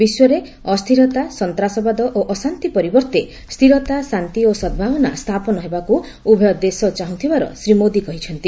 ବିଶ୍ୱରେ ଅସ୍ଥିରତା ସନ୍ତାସବାଦ ଓ ଅଶାନ୍ତି ପରିବର୍ତ୍ତେ ସ୍ଥିରତା ଶାନ୍ତି ଓ ସଦ୍ଭାବନା ସ୍ଥାପନ ହେବାକୁ ଉଭୟ ଦେଶ ଚାହୁଁଥିବାର ଶ୍ରୀ ମୋଦୀ କହିଛନ୍ତି